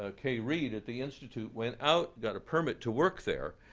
ah kay reed, at the institute, went out, got a permit to work there.